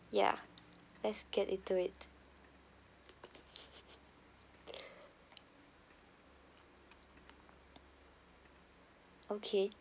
ya let's get into it okay